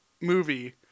movie